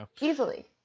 Easily